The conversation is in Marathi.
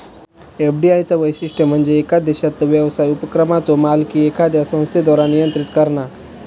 एफ.डी.आय चा वैशिष्ट्य म्हणजे येका देशातलो व्यवसाय उपक्रमाचो मालकी एखाद्या संस्थेद्वारा नियंत्रित करणा